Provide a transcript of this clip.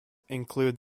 include